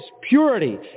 purity